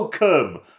Welcome